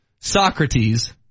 Socrates